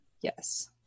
Yes